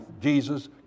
Jesus